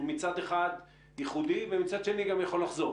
שמצד אחד הוא ייחודי ומצד שני גם יכול לחזור